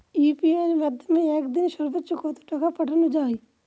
UPI এর মাধ্যমে এক দিনে সর্বচ্চ কত টাকা পাঠানো যায়?